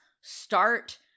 start